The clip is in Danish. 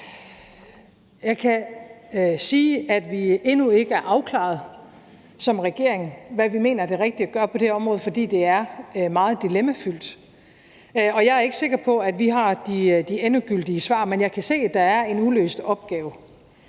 Jeg kan sige, at vi endnu ikke er afklarede som regering om, hvad vi mener er det rigtige at gøre på det område, fordi det er meget dilemmafyldt. Jeg er ikke sikker på, at vi har de endegyldige svar, men jeg kan se, at der er en uløst opgave.